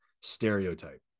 stereotype